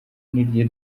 niryo